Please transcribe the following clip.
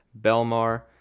Belmar